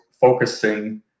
focusing